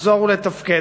לחזור ולתפקד.